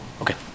Okay